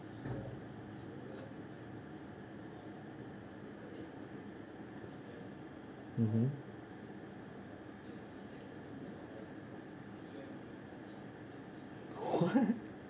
mmhmm what